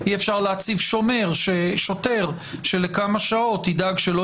אי אפשר להציב שוטר שלמשך כמה שעות ידאג שלא